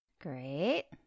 Great